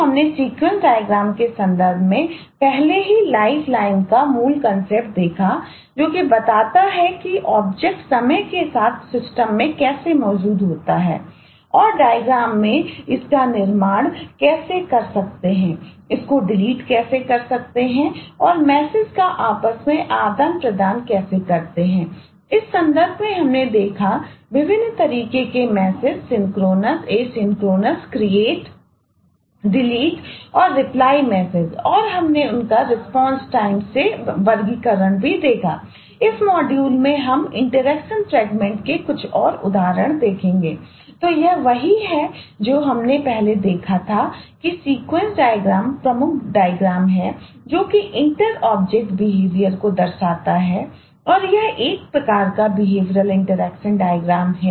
तो हमने सीक्वेंस डायग्रामऔर कुछ उदाहरण देखेंगे तो यह वही है जो हमने पहले देखा था कि सीक्वेंस डायग्राम है